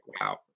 Wow